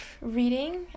reading